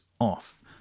off